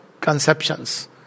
conceptions